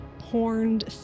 horned